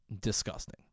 Disgusting